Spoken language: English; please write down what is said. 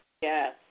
Yes